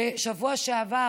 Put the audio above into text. בשבוע שעבר,